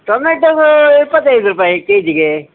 tomato ಇಪ್ಪತ್ತೈದು ರೂಪಾಯಿ ಕೆಜಿಗೆ